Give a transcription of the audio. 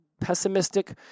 pessimistic